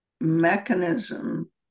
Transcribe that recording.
mechanism